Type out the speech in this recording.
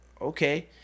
okay